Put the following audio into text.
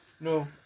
no